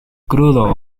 crudo